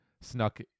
snuck